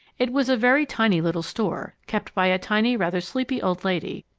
it was a very tiny little store, kept by a tiny, rather sleepy old lady,